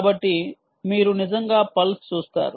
కాబట్టి మీరు నిజంగా పల్స్ చూస్తారు